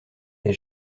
est